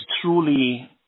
truly